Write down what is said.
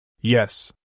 Yes